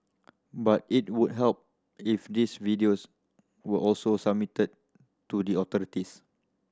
but it would help if these videos were also submitted to the authorities